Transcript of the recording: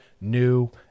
new